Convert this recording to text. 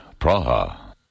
Praha